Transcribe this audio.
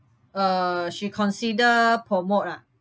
uh she consider promote ah